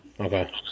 Okay